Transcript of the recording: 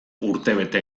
urtebete